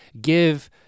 Give